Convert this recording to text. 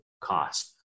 cost